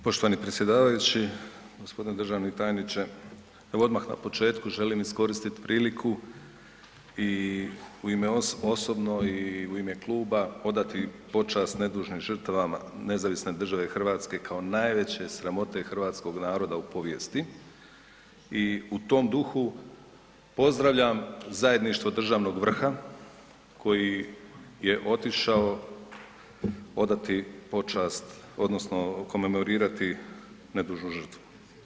Poštovani predsjedavajući, gospodine državni tajniče evo odmah na početku želim iskoristiti priliku i u ime osobno i u ime kluba odati počast nedužnim žrtvama Nezavisne države Hrvatske kao najveće sramote hrvatskog naroda u povijesti i u tom duhu pozdravljam zajedništvo državnog vrha, koji je otišao odati počast odnosno komemorirati nedužnu žrtvu.